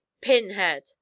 pinhead